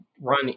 run